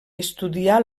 estudià